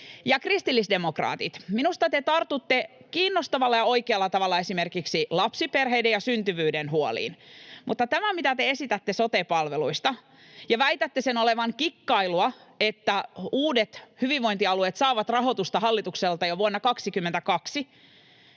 kristillisdemokraatit, minusta te tartutte kiinnostavalla ja oikealla tavalla esimerkiksi lapsiperheiden ja syntyvyyden huoliin, mutta tämä, mitä te esitätte sote-palveluista ja minkä väitätte olevan kikkailua, että uudet hyvinvointialueet saavat rahoitusta hallitukselta jo vuonna 22,